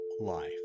life